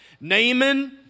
Naaman